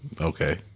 okay